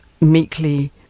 meekly